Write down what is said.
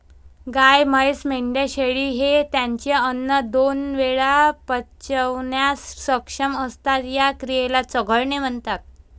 गाय, म्हैस, मेंढ्या, शेळी हे त्यांचे अन्न दोन वेळा पचवण्यास सक्षम असतात, या क्रियेला चघळणे म्हणतात